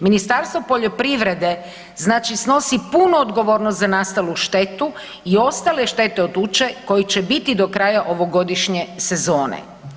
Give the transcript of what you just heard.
Ministarstvo poljoprivrede znači snosi punu odgovornost za nastalu štetu i ostale štete od tuče koje će biti do kraja ovogodišnje sezone.